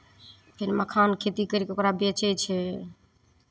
फेर मखानके खेती करि कऽ ओकरा बेचै छै